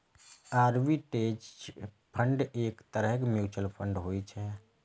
arbitrage fund एक तरहक mutual fund होइ छै